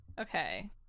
Okay